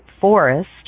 forest